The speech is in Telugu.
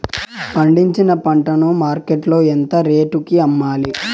పండించిన పంట ను మార్కెట్ లో ఎంత రేటుకి అమ్మాలి?